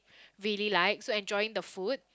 really like so enjoying the food